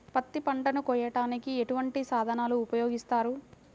పత్తి పంటను కోయటానికి ఎటువంటి సాధనలు ఉపయోగిస్తారు?